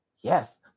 Yes